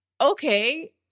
okay